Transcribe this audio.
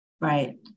Right